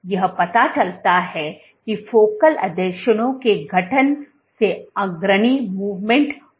तो यह पता चलता है कि फोकल आसंजनों के गठन से अग्रणी मूवमेंट होता है